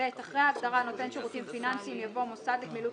(ב)אחרי ההגדרה "נותן שירותים פיננסיים" יבוא: ""מוסד לגמילות